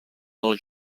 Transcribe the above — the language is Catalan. del